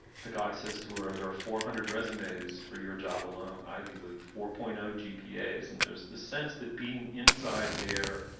the guy says to her, there are four hundred resumes for your job alone. ivy league four point zero gpa is and there's the sense that being inside there,